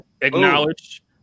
acknowledge